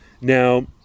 Now